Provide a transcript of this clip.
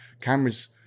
cameras